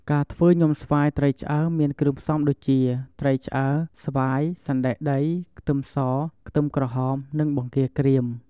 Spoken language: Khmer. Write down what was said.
ការធ្វើញាំស្វាយត្រីឆ្អើរមានគ្រឿងផ្សុំដូចជា ត្រីឆ្អើរ ស្វាយ សណ្តែកដី ខ្ទឹមស ខ្ទឹមក្រហម និងបង្គារក្រៀម។